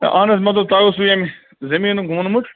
اہن حظ مطلب تۄہہِ اوسوٕ ییٚمہِ زمیٖنُک ووٚنمُت